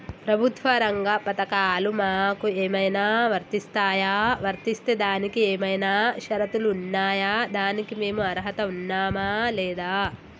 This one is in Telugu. ప్రభుత్వ రంగ పథకాలు మాకు ఏమైనా వర్తిస్తాయా? వర్తిస్తే దానికి ఏమైనా షరతులు ఉన్నాయా? దానికి మేము అర్హత ఉన్నామా లేదా?